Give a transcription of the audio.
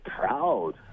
proud